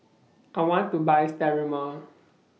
I want to Buy Sterimar